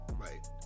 Right